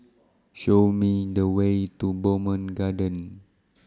Show Me The Way to Bowmont Gardens